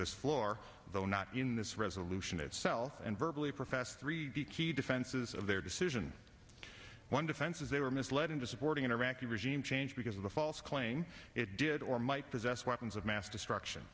this floor though not in this resolution itself and virtually professed three key defenses of their decision one defense is they were misled into supporting an iraqi regime change because of the false claim it did or might possess weapons of mass destruction